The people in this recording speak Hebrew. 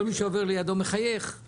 כל מי שעובר לידו מחייך.